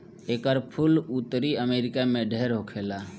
एकर फूल उत्तरी अमेरिका में ढेर होखेला